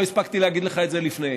לא הספקתי להגיד לך את זה לפני,